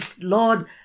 Lord